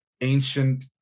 ancient